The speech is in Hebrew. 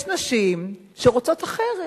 אבל יש נשים שרוצות אחרת.